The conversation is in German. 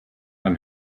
ein